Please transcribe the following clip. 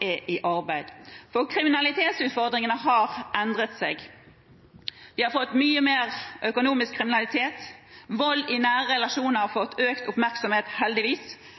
er i arbeid. Kriminalitetsutfordringene har endret seg. Vi har fått mye mer økonomisk kriminalitet. Vold i nære relasjoner har fått økt oppmerksomhet, heldigvis.